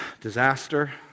disaster